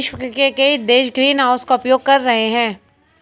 विश्व के कई देश ग्रीनहाउस का उपयोग कर रहे हैं